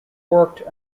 worked